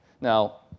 now